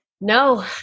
No